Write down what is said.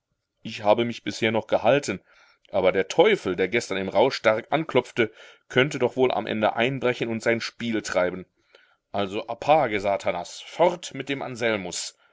ich habe mich bisher noch gehalten aber der teufel der gestern im rausch stark anklopfte könnte doch wohl am ende einbrechen und sein spiel treiben also apage satanas fort mit dem anselmus